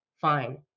fine